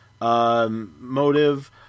motive